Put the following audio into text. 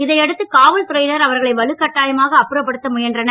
இதையடுத்து காவல்துறையினர் அவர்களை வலுக்கட்டாயமாக அப்புறப்படுத்த முயன்றனர்